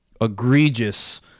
egregious